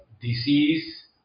disease